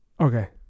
Okay